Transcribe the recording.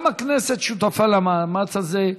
גם הכנסת שותפה למאמץ הזה.